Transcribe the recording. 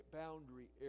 boundary